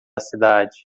cidade